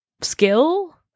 skill